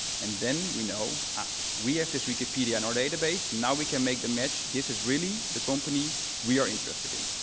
and then, we know we have this wikipedia in on our database. now, we can make the match. this is really the company we are interested in.